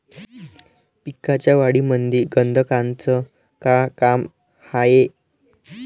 पिकाच्या वाढीमंदी गंधकाचं का काम हाये?